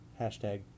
Hashtag